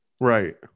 Right